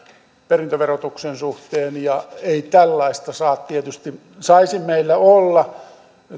perintöverotuksen suhteen ja ei tällaista saisi tietysti meillä olla nyt